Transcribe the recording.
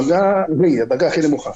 דרגה ה', הדרגה הכי נמוכה.